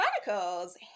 Chronicles